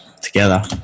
together